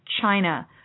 China